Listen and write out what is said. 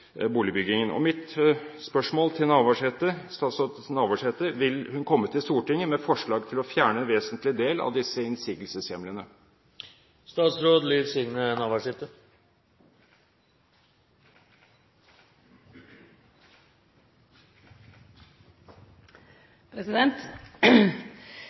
boligbyggingen. Mitt spørsmål til statsråd Navarsete er: Vil hun komme til Stortinget med forslag om å fjerne en vesentlig del av disse innsigelseshjemlene?